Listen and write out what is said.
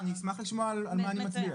אוקיי, אז אני אשמח לשמוע על מה אני מצביע.